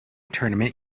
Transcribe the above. tournament